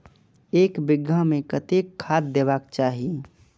एक बिघा में कतेक खाघ देबाक चाही?